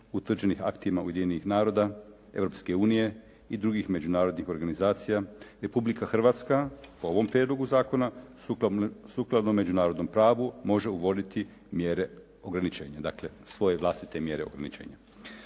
utvrđenih aktima Ujedinjenih naroda, Europske unije i drugih međunarodnih organizacija Republika Hrvatska po ovom prijedlogu zakona sukladno međunarodnom pravu može uvoditi mjere ograničenja, dakle svoje vlastite mjere ograničenja,